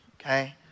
okay